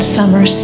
Summer